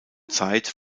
zeit